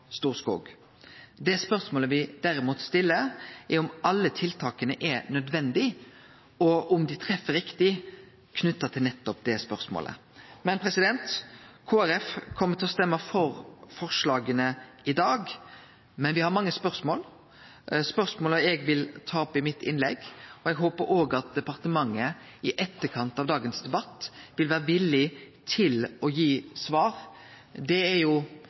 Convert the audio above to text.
Storskog. Det spørsmål me derimot stiller, er om alle tiltaka er nødvendige, og om dei treffer riktig i samband med nettopp dette spørsmålet. Kristeleg Folkeparti kjem til å stemme for forslaga i dag, men me har mange spørsmål. Spørsmåla vil eg ta opp i innlegget mitt, og eg håpar også departementet i etterkant av dagens debatt vil vere villig til å gi svar. Dette er